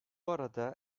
arada